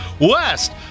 West